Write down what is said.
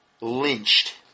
lynched